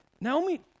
Naomi